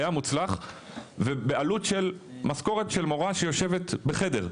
היה מוצלח ובעלות של משכורת של מורה שיושבת בחדר,